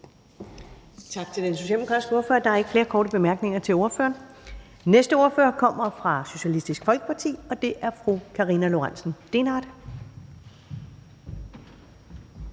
Tak til den socialdemokratiske ordfører. Der er ikke flere korte bemærkninger til ordføreren. Den næste ordfører kommer fra Socialistisk Folkeparti, og det er fru Karina Lorentzen Dehnhardt.